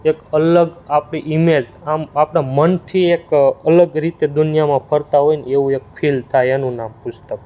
એક અલગ આપણી ઇમેજ આમ આપણા મનથી એક અલગ રીતે દુનિયામાં ફરતા હોય ને એવું એક ફિલ થાય એનું નામ પુસ્તક